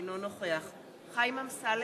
אינו נוכח חיים אמסלם,